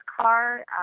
car